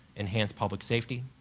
enhance public safety,